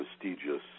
prestigious